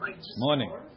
Morning